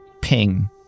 ping